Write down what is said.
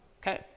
Okay